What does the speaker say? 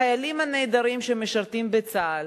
החיילים הנהדרים שמשרתים בצה"ל,